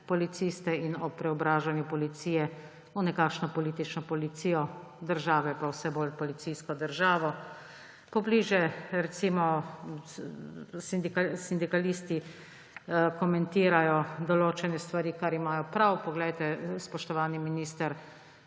policiste in ob preobražanju policije v nekakšno politično policijo, države pa v vse bolj policijsko državo. Pobliže recimo sindikalisti komentirajo določene stvari, kar imajo prav. Spoštovani minister,